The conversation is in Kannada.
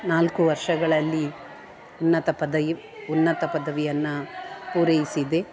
ನಾಲ್ಕು ವರ್ಷಗಳಲ್ಲಿ ಉನ್ನತ ಪದವಿ ಉನ್ನತ ಪದವಿಯನ್ನು ಪೂರೈಸಿದೆ